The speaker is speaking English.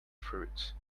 fruits